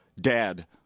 dad